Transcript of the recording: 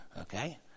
okay